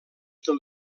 del